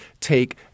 take